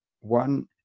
One